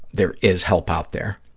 there is help out there,